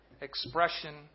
expression